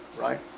right